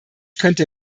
könnte